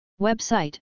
Website